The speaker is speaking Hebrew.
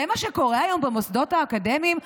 זה מה שקורה היום במוסדות האקדמיים?